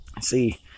see